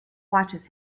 watches